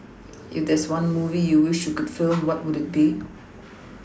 if there is one movie you wished you can film what would it be